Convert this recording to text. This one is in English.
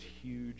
huge